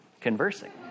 conversing